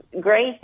grace